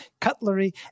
cutlery